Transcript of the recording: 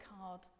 card